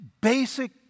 basic